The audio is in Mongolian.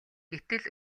гэтэл